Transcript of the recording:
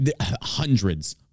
hundreds